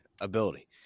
ability